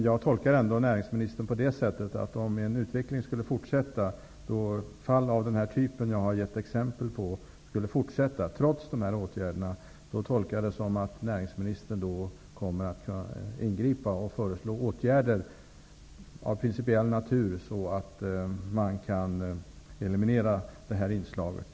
Jag tolkar ändå näringsministern på det sättet att han -- om utvecklingen, trots dessa åtgärder, skulle fortsätta och det förekommer fall av den typ som jag har givit exempel på -- kommer att ingripa och föreslå åtgärder av principiell natur, så att det här inslaget kan elimineras.